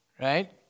right